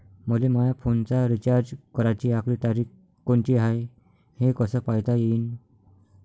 मले माया फोनचा रिचार्ज कराची आखरी तारीख कोनची हाय, हे कस पायता येईन?